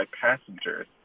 passengers